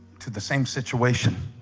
to the same situation